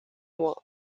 mois